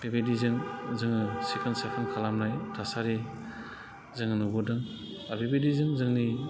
बेबायदिजों जोङो सिखोन साखोन खालामनाय थासारि जोङो नुबोदों आरो बिदिजों जोंनि